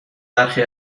برخی